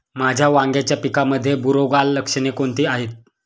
माझ्या वांग्याच्या पिकामध्ये बुरोगाल लक्षणे कोणती आहेत?